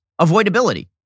Avoidability